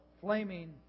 flaming